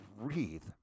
breathe